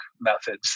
methods